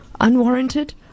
unwarranted